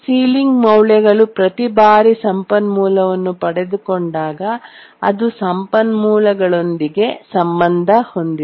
ceiling ಮೌಲ್ಯಗಳು ಪ್ರತಿ ಬಾರಿ ಸಂಪನ್ಮೂಲವನ್ನು ಪಡೆದುಕೊಂಡಾಗ ಅದು ಸಂಪನ್ಮೂಲಗಳೊಂದಿಗೆ ಸಂಬಂಧ ಹೊಂದಿದೆ